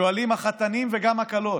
שואלים החתנים וגם הכלות,